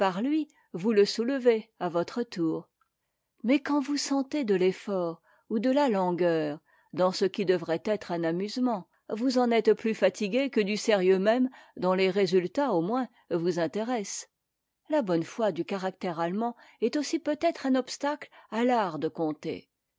vous le soulevez à votre tour mais quand vous sentez de l'effort ou de la langueur dans ce qui devrait être un amusement vous en êtes plus fatigué que du sérieux même dont les résultats au moins vous intéressent la bonne foi du caractère allemand est aussi peut être un obstacle à lart de conter